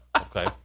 Okay